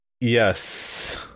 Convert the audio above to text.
Yes